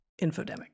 infodemic